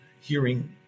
hearing